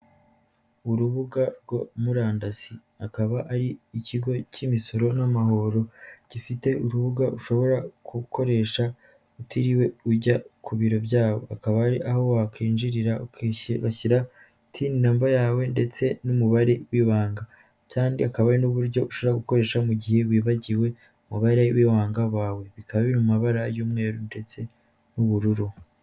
Urubuga rwo murandasi, akaba ari ikigo cy'imisoro n'amahoro, gifite urubuga ushobora gukoresha utiriwe ujya ku biro byabo, hakaba hari aho wakinjirira ugashyira TIN number yawe ndetse n'umubare w'ibanga, kandi hakaba hari n'uburyo ushobora gukoresha mu gihe wibagiwe umubare w'ibanga wawe, bikaba biri mu mabara y'umweru ndetse n'ubururu.